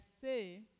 say